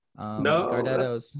no